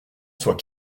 soit